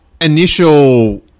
initial